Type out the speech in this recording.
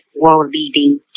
world-leading